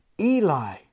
Eli